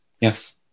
Yes